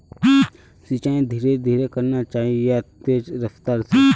सिंचाई धीरे धीरे करना चही या तेज रफ्तार से?